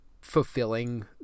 fulfilling